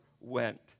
went